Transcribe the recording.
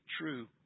true